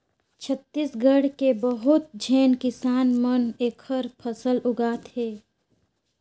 छत्तीसगढ़ के बहुत झेन किसान मन एखर फसल उगात हे